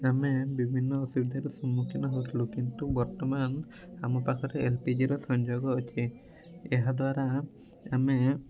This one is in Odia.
ଆମେ ବିଭିନ୍ନ ଚିନ୍ତାରେ ସମ୍ମୁଖୀନ ହେଉଥିଲୁ କିନ୍ତୁ ବର୍ତ୍ତମାନ ଆମ ପାଖରେ ଏଲ୍ପିଜିର ସଂଯୋଗ ଅଛି ଏହାଦ୍ୱାରା ଆମେ